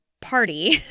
party